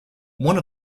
one